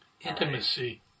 Intimacy